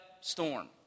storm